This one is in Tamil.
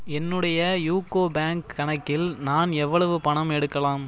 என்னுடைய யூகோ பேங்க் கணக்கில் நான் எவ்வளவு பணம் எடுக்கலாம்